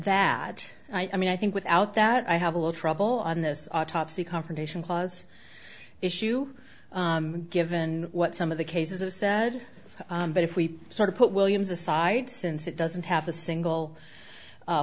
that i mean i think without that i have a little trouble on this autopsy confrontation clause issue given what some of the cases of said that if we sort of put williams aside since it doesn't have a single